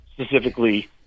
specifically